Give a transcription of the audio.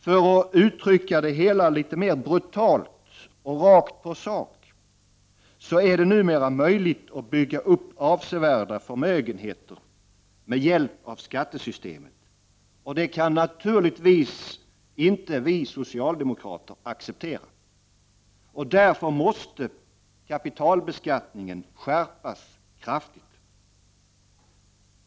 För att uttrycka det litet mera brutalt och rakt på sak är det numera möjligt att bygga upp avsevärda förmögenheter med hjälp av skattesystemet. Det kan naturligtvis vi socialdemokrater inte acceptera. Därför måste kapitalbeskattningen skärpas kraftigt.